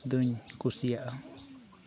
ᱫᱚᱧ ᱠᱩᱥᱤᱭᱟᱜᱼᱟ